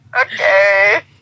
Okay